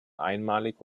einmalig